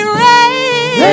rain